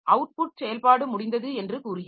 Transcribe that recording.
output செயல்பாடு முடிந்தது என்று கூறுகிறது